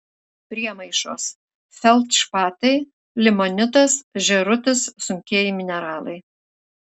priemaišos feldšpatai limonitas žėrutis sunkieji mineralai